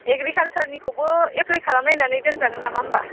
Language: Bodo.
एग्रिकालचारनिखौबो एप्लाय खालामनायनानै दोनजागोन नामा होमब्ला